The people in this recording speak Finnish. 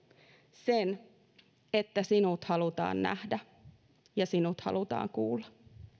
sen että sinut halutaan nähdä ja sinut halutaan kuulla